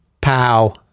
Pow